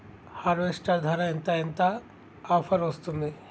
Harvester ధర ఎంత ఎంత ఆఫర్ వస్తుంది?